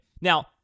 Now